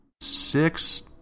six